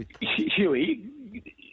Huey